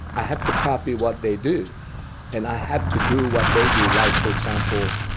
i had to copy what they do and i had to do what they do, like for example,